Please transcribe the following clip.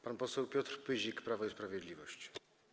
Pan poseł Piotr Pyzik, Prawo i Sprawiedliwość.